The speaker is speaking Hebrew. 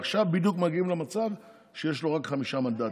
אבל עכשיו מגיעים למצב שיש לו רק חמישה מנדטים.